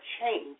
change